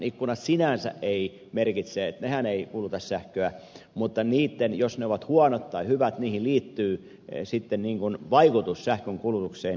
ikkunoilla sinänsä ei ole merkitystä nehän eivät kuluta sähköä mutta se ovatko ne huonot tai hyvät niihin liittyy sitten niin huono vaikutus vaikuttaa sähkönkulutukseen